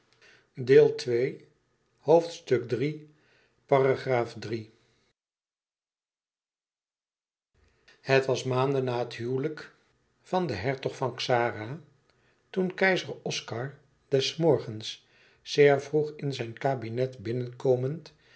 het was maanden na het huwelijk van den hertog van xara toen keizer oscar des morgens zeer vroeg in zijn kabinet binnenkomend